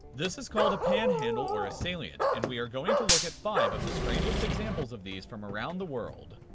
this is called a panhandle, or a salient, and we are going to look at five of the strangest examples of these from around the world.